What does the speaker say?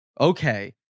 okay